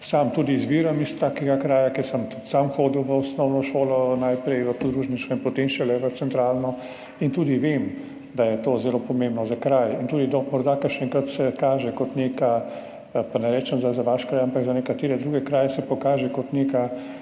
sam izviram iz takega kraja, kjer sem hodil v osnovno šolo, najprej v podružnično in potem šele v centralno in vem, da je to zelo pomembno za kraj. Morda se včasih kaže kot neka, pa ne rečem za vaš kraj, ampak za nekatere druge kraje se pokaže kot nek